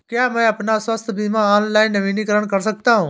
क्या मैं अपना स्वास्थ्य बीमा ऑनलाइन नवीनीकृत कर सकता हूँ?